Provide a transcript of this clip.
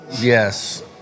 Yes